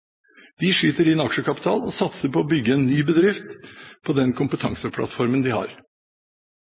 De skyter inn aksjekapital og satser på å bygge en ny bedrift på den kompetanseplattformen de har.